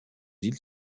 îles